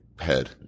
head